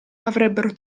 avrebbero